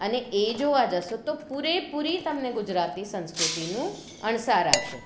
અને એ જોવા જશો તો પૂરેપૂરી તમને ગુજરાતી સંસ્કૃતિનો અણસાર આવશે